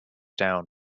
down